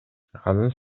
анын